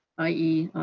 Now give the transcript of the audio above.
i e,